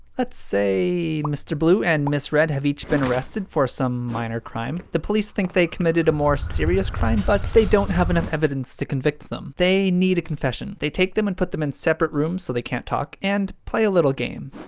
let's say mr. blue, and ms. red have each been arrested for some minor crime. the police think they committed a more serious crime but they don't have enough evidence to convict them. they need a confession. they take them and put them in separate rooms so they can't talk, and play a little game.